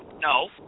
No